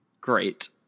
great